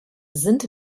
sind